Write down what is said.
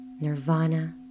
Nirvana